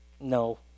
No